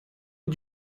did